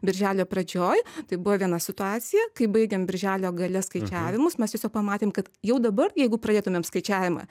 birželio pradžioj tai buvo viena situacija kai baigėm birželio gale skaičiavimus mes tiesiog pamatėm kad jau dabar jeigu pradėtumėm skaičiavimą